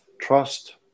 trust